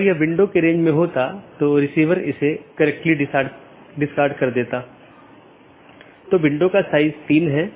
अगला राउटर 3 फिर AS3 AS2 AS1 और फिर आपके पास राउटर R1 है